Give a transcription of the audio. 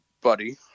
buddy